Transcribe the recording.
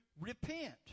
repent